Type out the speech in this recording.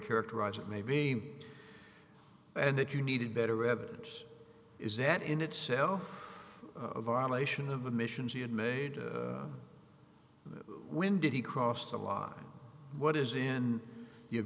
characterize it maybe and that you needed better evidence is that in itself a violation of admissions he had made when did he cross the line what is in your